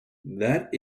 that